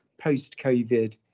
post-COVID